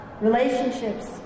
relationships